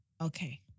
Okay